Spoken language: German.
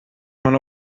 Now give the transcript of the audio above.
man